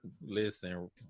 listen